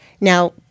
Now